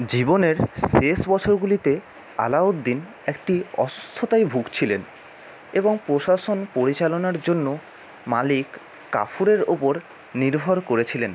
জীবনের শেষ বছরগুলিতে আলাউদ্দিন একটি অসুস্থতায় ভুগছিলেন এবং প্রশাসন পরিচালনার জন্য মালিক কাফুরের ওপর নির্ভর করেছিলেন